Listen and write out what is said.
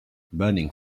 burning